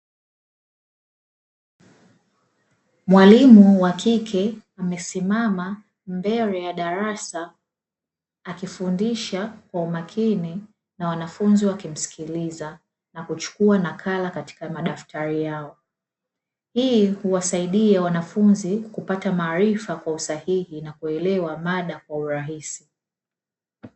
Mwalimu wa kike amesimama mbele ya darasa, akifundisha kwa umakini na wanafunzi wakimsikiliza na kuchukua nakala katika madaftari yao. Hii huwasaidia wanafunzi kupata maarifa kwa usahihi na kuelewa mada kwa urahisi.